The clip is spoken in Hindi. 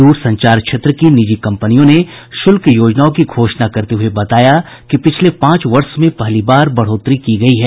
दूरसंचार क्षेत्र की निजी कम्पनियों ने शुल्क योजनाओं की घोषणा करते हुए बताया कि पिछले पांच वर्ष में पहली बार बढ़ोत्तरी की गई है